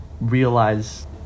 realize